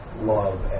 love